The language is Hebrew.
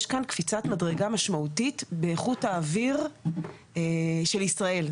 יש כאן קפיצת מדרגה משמעותית באיכות האוויר של ישראל.